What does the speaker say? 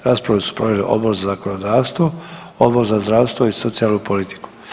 Raspravu su proveli Odbor za zakonodavstvo, Odbor za zdravstvo i socijalnu politiku.